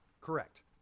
Correct